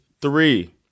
three